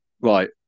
Right